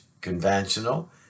conventional